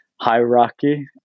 hierarchy